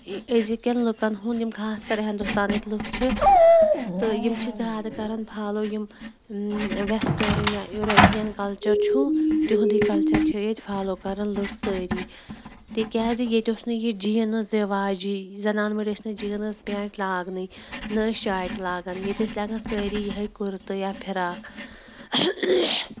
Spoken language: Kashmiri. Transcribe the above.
یہِ أزِکٮ۪ن لُکَن ہنٛد یِم خاص کَر ہِندوستانٕکۍ لُکھ چھِ تہٕ یِم چھِ زیادٕ کَرَن فالو یِم ویٚسٹٲرٕنۍ یا یوٗرَپِیَن کَلچَر چھُ تِہُںٛدُی کَلَچَر چھِ ییٚتہِ فالو کَران لُکھ سٲری تِکیٛازِ ییٚتہِ اوس نہٕ یہِ جیٖنٕز رِواجی زَنان مٔنٛڈۍ ٲسۍ نہٕ جیٖنٕز پٮ۪نٛٹ لاگنٕے نہ ٲسۍ شاٹہِ لاگان ییٚتہِ ٲسۍ لاگان سٲری یِہٕے کُرتہٕ یا فِراک